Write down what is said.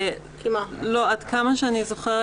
עד כמה שאני זוכרת